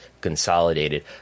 consolidated